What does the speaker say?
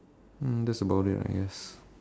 um that's about it I guess